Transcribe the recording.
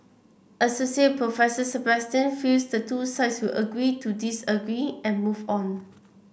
assoc Professor Sebastian feels the two sides will agree to disagree and move on